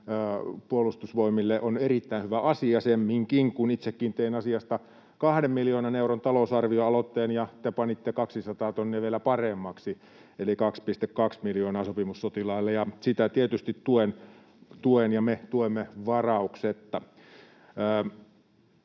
Puolustusvoimille on erittäin hyvä asia, semminkin kun itsekin tein asiasta 2 miljoonan euron talousarvioaloitteen ja te panitte vielä 200 tonnia paremmaksi, eli 2,2 miljoonaa sopimussotilaille. Sitä tietysti tuen, ja me tuemme, varauksetta.